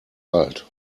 alt